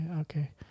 Okay